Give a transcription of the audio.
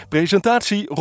Presentatie